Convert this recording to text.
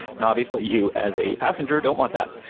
now obviously, you as a passenger don't want that.